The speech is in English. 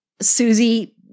Susie